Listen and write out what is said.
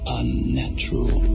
unnatural